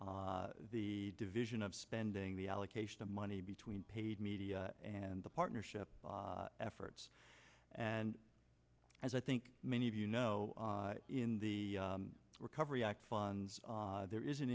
the division of spending the allocation of money between paid media and the partnership efforts and as i think many of you know in the recovery act funds there is an